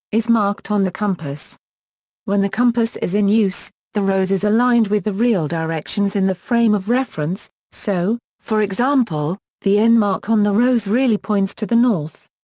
is marked on the compass when the compass is in use, the rose is aligned with the real directions in the frame of reference, so, for example, the n mark on the rose really points to the north.